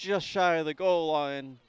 just shy of the goal and